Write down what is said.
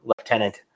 lieutenant